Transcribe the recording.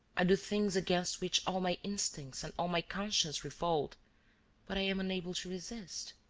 i do things against which all my instincts and all my conscience revolt but i am unable to resist.